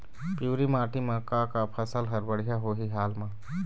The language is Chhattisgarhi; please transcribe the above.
पिवरी माटी म का का फसल हर बढ़िया होही हाल मा?